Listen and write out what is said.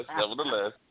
nevertheless